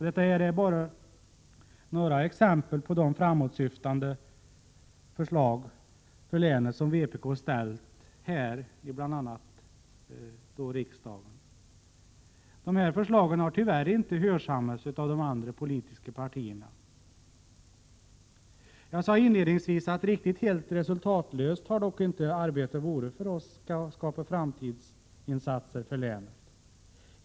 Detta är bara några exempel på de framåtsyftande förslag för länet som vpk väckt bl.a. här i riksdagen. Dessa föslag har tyvärr inte hörsammats av de andra politiska partierna. Jag sade inledningsvis att riktigt helt resultatlöst har dock inte arbetet varit för att skapa framtidsinsatser för länet.